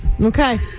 okay